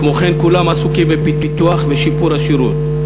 כמו כן, כולם עסוקים בפיתוח ושיפור השירות.